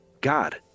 God